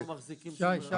לא מחזיקים חפצים.